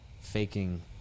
faking